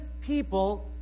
people